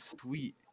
sweet